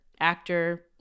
actor